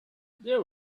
there